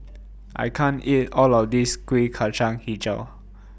I can't eat All of This Kuih Kacang Hijau